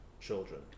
children